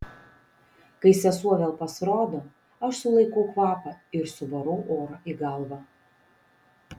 kai sesuo vėl pasirodo aš sulaikau kvapą ir suvarau orą į galvą